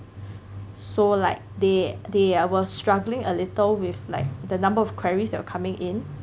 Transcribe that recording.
so like they they are were struggling a little with like the number of queries that were coming in